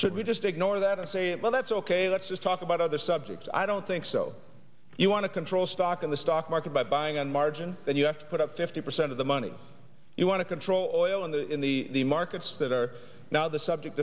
should we just ignore that and say well that's ok let's just talk about other subjects i don't think so you want to control stock in the stock market by buying on margin then you have to put up fifty percent of the money you want to control of oil in the in the markets that are now the subject